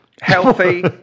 healthy